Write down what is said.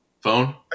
Phone